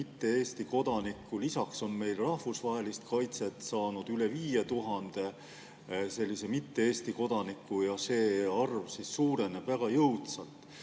mitte Eesti kodaniku. Lisaks on meil rahvusvahelist kaitset saanud üle 5000 mitte Eesti kodaniku ja see arv suureneb väga jõudsalt,